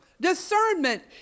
discernment